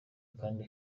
kandi